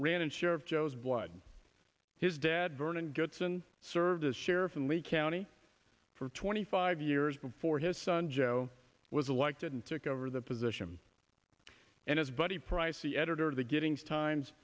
ran a share of joe's blood his dad vernon goodson served as sheriff in lee county for twenty five years before his son joe was elected and took over the position and his buddy price the editor of the getting to times